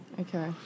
okay